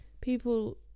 people